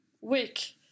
week